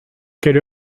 quelle